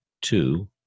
two